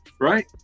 right